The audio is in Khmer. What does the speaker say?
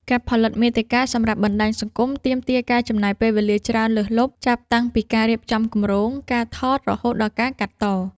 ការផលិតមាតិកាសម្រាប់បណ្ដាញសង្គម ទាមទារការចំណាយពេលវេលាច្រើនលើសលប់ ចាប់តាំងពីការរៀបចំគម្រោង ការថត រហូតដល់ការកាត់ត។